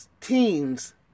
teens